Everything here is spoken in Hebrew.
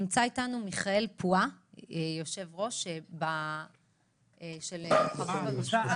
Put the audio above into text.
נמצא איתנו מיכאל פואה, יושב-ראש בוחרים במשפחה.